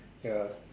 ya